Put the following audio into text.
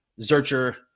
zercher